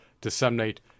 disseminate